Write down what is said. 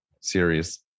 series